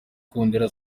ikondera